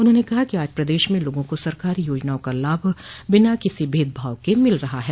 उन्होंने कहा कि आज प्रदेश में लोगों को सरकारी योजनाओं का लाभ बिना किसी भेदभाव के मिल रहा है